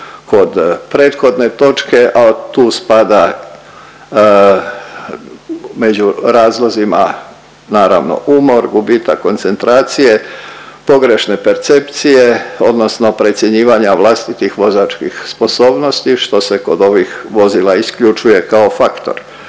kod prethodne točke, a tu spada među razlozima naravno umor, gubitak koncentracije, pogrešne percepcije odnosno precjenjivanja vlastitih vozačkih sposobnosti što se kod ovih vozila isključuje kao faktor.